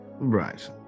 Right